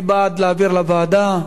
מי בעד להעביר לוועדה?